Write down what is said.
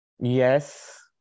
Yes